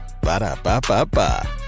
Ba-da-ba-ba-ba